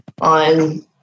on